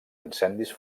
incendis